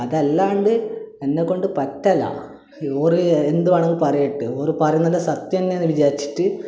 അതല്ലാണ്ട് എന്നെക്കൊണ്ട് പറ്റില്ല ഓറ് എന്തുവാണെന്ന് പറയട്ടെ ഓറ് പറയുന്നതെല്ലാം സത്യം തന്നെയെന്നു വിചാരിച്ചിട്ട്